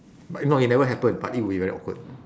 but no it never happened but it would be very awkward